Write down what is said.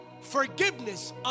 Forgiveness